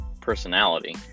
personality